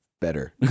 Better